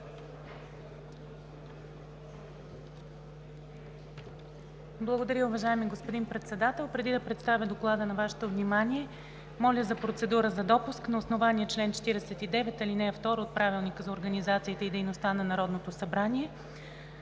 Благодаря, уважаеми господин Председател! Преди да представя Доклада на Вашето внимание, моля за процедура за допуск. На основание чл. 49, ал. 2 от Правилника за организацията и дейността на Народното събрание